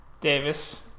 Davis